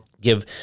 give